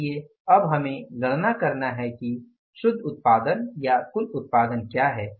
इसलिए अब हमें गणना करना है कि शुद्ध उत्पादन या कुल उत्पादन क्या है